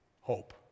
Hope